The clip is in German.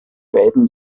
beiden